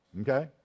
Okay